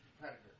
predator